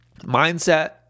mindset